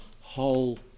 whole